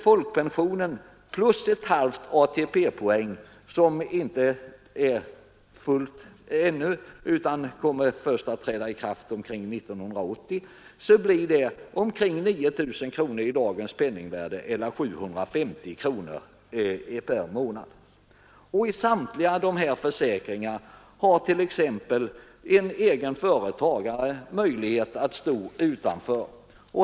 Folkpensionen plus ett halvt poäng i ATP-systemet, vilket är lika med det pensionstillskott som träder i kraft 1980, blir ca 9 000 kronor i dagens penningvärde eller 750 kronor per månad. I samtliga dessa försäkringar har t.ex. en egen företagare möjlighet att stå utanför.